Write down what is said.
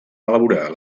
elaborar